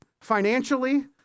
financially